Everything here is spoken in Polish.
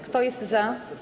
Kto jest za?